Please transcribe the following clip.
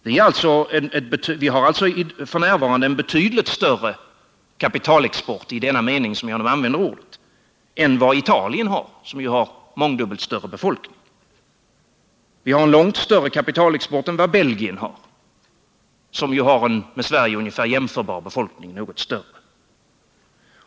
Vi har alltså f. n. en betydligt större kapitalexport, i den mening som jag nu använder ordet, än vad Italien har, som ju har mångdubbelt större befolkning. Och vi har långt större kapitalexport än vad Belgien har, som ju har en med Sverige ungefär jämförbar befolkning, ja, något större.